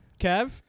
Kev